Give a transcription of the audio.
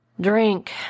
Drink